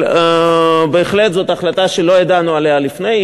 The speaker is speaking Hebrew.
אבל בהחלט זאת החלטה שלא ידענו עליה לפני.